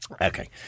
Okay